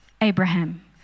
Abraham